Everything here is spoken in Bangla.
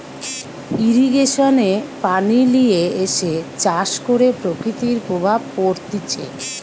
ইরিগেশন এ পানি লিয়ে এসে চাষ করে প্রকৃতির প্রভাব পড়তিছে